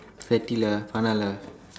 sweaty lah வேணா:veenaa lah